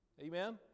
Amen